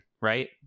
Right